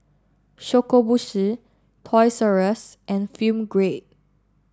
Shokubutsu Toys R Us and Film Grade